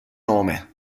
nome